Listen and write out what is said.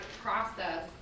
process